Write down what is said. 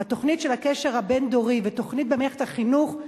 התוכנית של הקשר הבין-דורי ותוכנית במערכת החינוך,